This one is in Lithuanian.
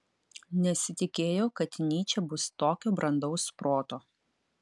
nesitikėjo kad nyčė bus tokio brandaus proto